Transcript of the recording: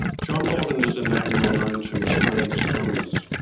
john bolton is a name well known to australian astronomers.